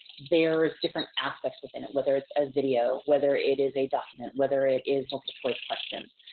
there's different aspects within it. whether it's a video, whether it is a document, whether it is multiple choice questions.